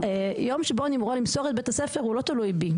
היום שבו אני אמורה למסור את בית הספר לא תלוי בי,